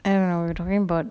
and we are talking about